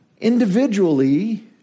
Individually